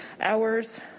Hours